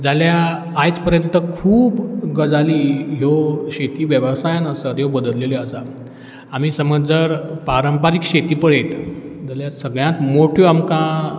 जाल्यार आयज पर्यंत खूब गजाली ह्यो शेती वेवसायान आसात ह्यो बदल्लेल्यो आसा आमी समज जर पारंपारीक शेती पळयत जाल्या सगळ्यात मोठ्यो आमकां